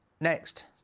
Next